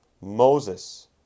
Moses